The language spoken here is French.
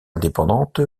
indépendante